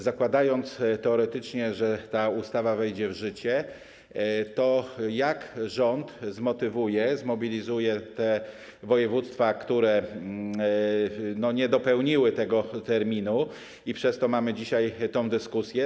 Zakładając teoretycznie, że ta ustawa wejdzie w życie, jak rząd zmotywuje, zmobilizuje te województwa, które nie dopełniły tego terminu, i przez to mamy dzisiaj tę dyskusję.